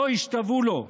לא ישתוו לו.